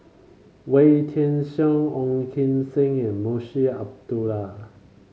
Wee Tian Siak Ong Kim Seng and Munshi Abdullah